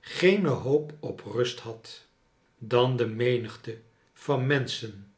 geene hoop op rust had dan de menigte van menschen